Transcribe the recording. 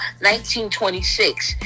1926